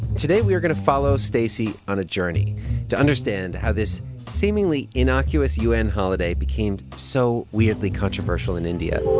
today we are going to follow stacey on a journey to understand how this seemingly innocuous u n. holiday became so weirdly controversial in india